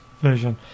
version